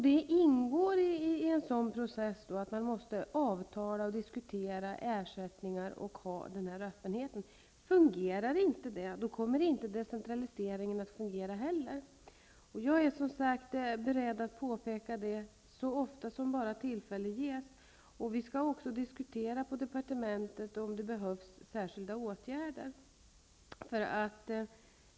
Det ingår i en sådan process att avtala och diskutera ersättningar samt att ha denna öppenhet. Fungerar inte detta kommer heller inte decentraliseringen att fungera. Jag är beredd att påpeka att så är fallet så ofta tillfälle ges. Vi skall på departementet också diskutera om det behövs särskilda åtgärder.